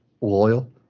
loyal